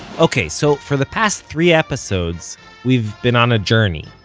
ok, so for the past three episodes we've been on a journey.